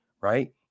right